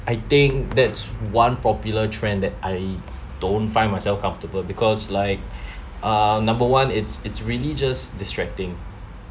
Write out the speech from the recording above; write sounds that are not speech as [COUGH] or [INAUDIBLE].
I think that's one popular trend that I don't find myself comfortable because like [BREATH] uh number one it's it's really just distracting